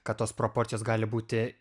kad tos proporcijos gali būti